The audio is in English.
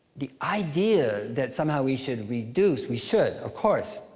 the idea that somehow we should reduce we should, of course,